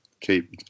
keep